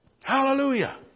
Hallelujah